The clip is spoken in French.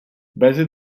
basée